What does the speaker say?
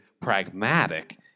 pragmatic